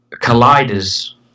Collider's